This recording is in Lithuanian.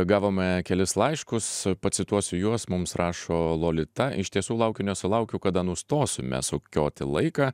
gavome kelis laiškus pacituosiu juos mums rašo lolita iš tiesų laukiu nesulaukiu kada nustosime sukioti laiką